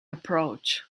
approach